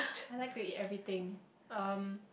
I like to eat everything um